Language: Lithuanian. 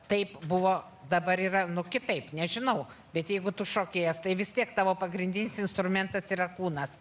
taip buvo dabar yra nu kitaip nežinau bet jeigu tu šokėjas tai vis tiek tavo pagrindinis instrumentas yra kūnas